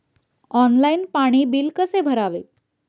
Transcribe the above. Online पाणी bill कसे भरावे?